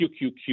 QQQ